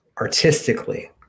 artistically